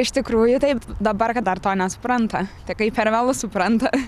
iš tikrųjų taip dabar kad dar to nesupranta tai kai per vėlu supranta